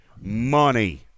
money